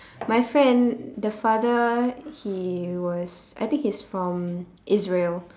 my friend the father he was I think he's from israel